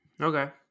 Okay